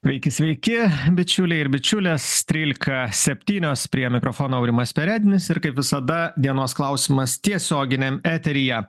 sveiki sveiki bičiuliai ir bičiulės trylika septynios prie mikrofono aurimas perednis ir kaip visada dienos klausimas tiesioginiam eteryje